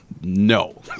no